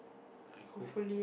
I hope